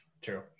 True